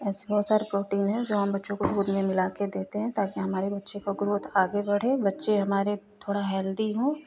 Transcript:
ऐसे बहुत सारे प्रोटीन हैं जो हम बच्चों को दूध में मिला के देते हैं ताकि हमारे बच्चे का ग्रोथ आगे बढ़े बच्चे हमारे थोड़े हेल्दी हों